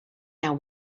now